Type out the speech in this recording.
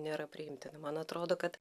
nėra priimtina man atrodo kad